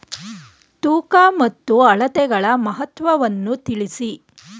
ತೂಕ ಮತ್ತು ಅಳತೆಗಳ ಮಹತ್ವವನ್ನು ತಿಳಿಸಿ?